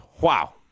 wow